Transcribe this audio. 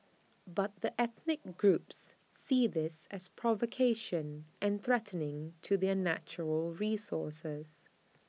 but the ethnic groups see this as provocation and threatening to their natural resources